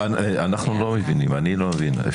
אני לא מבין את זה.